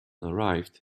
arrived